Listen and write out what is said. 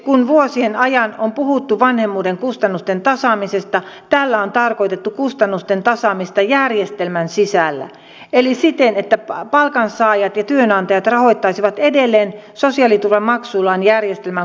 kun vuosien ajan on puhuttu vanhemmuuden kustannusten tasaamisesta tällä on tarkoitettu kustannusten tasaamista järjestelmän sisällä eli siten että palkansaajat ja työnantajat rahoittaisivat edelleen sosiaaliturvamaksuillaan järjestelmän kustannukset